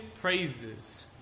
praises